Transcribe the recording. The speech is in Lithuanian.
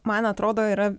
man atrodo yra